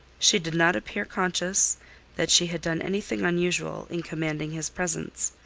she did not appear conscious that she had done anything unusual in commanding his presence.